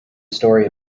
story